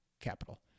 capital